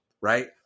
right